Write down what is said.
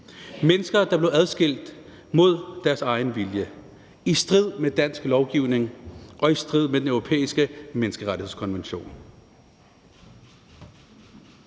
mennesker, der blev adskilt mod deres egen vilje i strid med dansk lovgivning og i strid med Den Europæiske Menneskerettighedskonvention.